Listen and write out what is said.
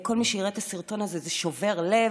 כל מי שיראה את הסרטון הזה, זה שובר לב.